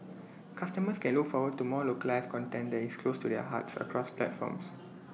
customers can look forward to more localised content that is close to their hearts across platforms